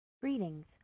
Greetings